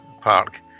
park